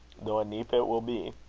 though a neep it will be.